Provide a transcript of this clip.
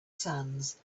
sands